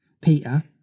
Peter